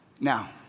Now